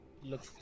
Look